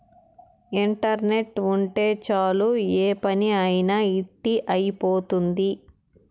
internet ఉంటే చాలు ఏ పని అయినా ఇట్టి అయిపోతుంది